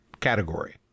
category